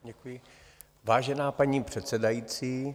Děkuji, vážená paní předsedající.